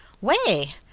Way